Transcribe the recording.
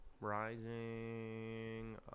Rising